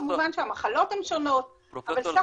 כמובן שהמחלות הן שונות, אבל סך